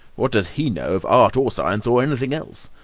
what does he know of art or science or anything else?